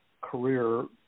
career –